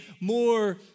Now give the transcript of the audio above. more